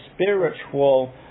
spiritual